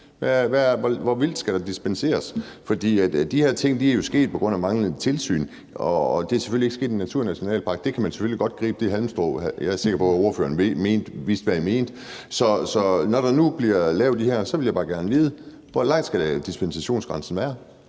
Hvor vildt skal der dispenseres? For de her ting er jo sket på grund af manglende tilsyn. Det er selvfølgelig ikke sket i en naturnationalpark; det halmstrå kan man jo godt gribe, men jeg er sikker på, at ordføreren vidste, hvad jeg mente. Så når der nu bliver lavet de her, vil jeg bare gerne vide: Hvad skal dispensationsgrænsen være?